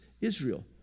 Israel